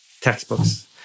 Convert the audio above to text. textbooks